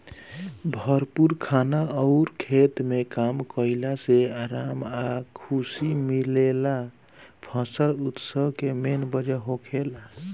भरपूर खाना अउर खेत में काम कईला से आराम आ खुशी मिलेला फसल उत्सव के मेन वजह होखेला